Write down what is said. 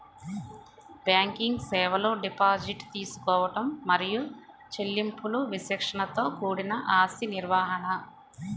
banking సేవలు deposit తీసుకోవడం మరియు చెల్లింపులు విచక్షణతో కూడిన ఆస్తి నిర్వహణ,